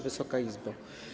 Wysoka Izbo!